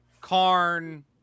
Karn